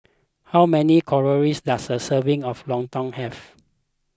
how many calories does a serving of Lontong have